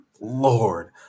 Lord